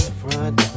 front